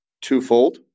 twofold